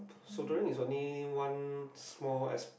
so during is also one small as~